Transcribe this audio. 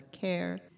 care